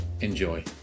Enjoy